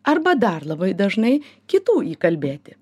arba dar labai dažnai kitų įkalbėti